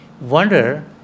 wonder